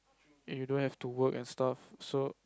and you don't have to work and stuff so